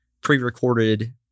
pre-recorded